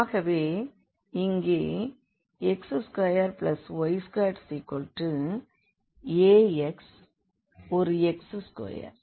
ஆகவே இங்கே x2y2ax ஒரு x ஸ்கோயர்